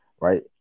right